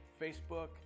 Facebook